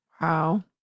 Wow